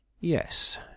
Yes